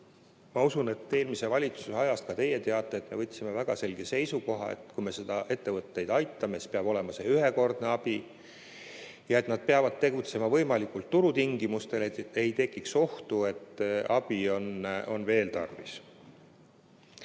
Ma usun, et eelmise valitsuse ajast ka teie teate, et me võtsime väga selge seisukoha, et kui me ettevõtteid aitame, siis peab see olema ühekordne abi ja nad peavad tegutsema võimalikult turutingimustel, et ei tekiks ohtu, et abi on veel tarvis.